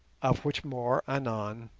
of which more anon,